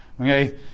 okay